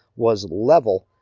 was level.